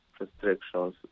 restrictions